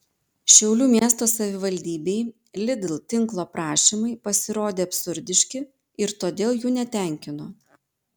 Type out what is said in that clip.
šiaulių miesto savivaldybei lidl tinklo prašymai pasirodė absurdiški ir todėl jų netenkino